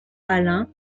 alain